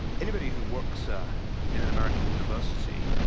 anybody who works ah in an american university